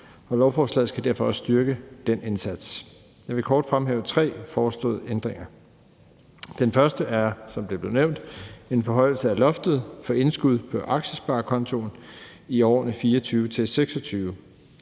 og lovforslaget skal derfor også styrke den indsats. Jeg vil kort fremhæve tre foreslåede ændringer. Den første er, som det er blevet nævnt, en forhøjelse af loftet for indskud på aktiesparekontoen i årene 2024-2026.